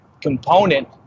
component